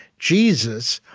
jesus,